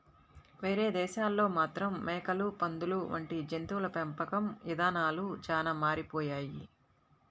వేరే దేశాల్లో మాత్రం మేకలు, పందులు వంటి జంతువుల పెంపకం ఇదానాలు చానా మారిపోయాయి